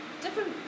different